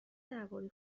دربارهی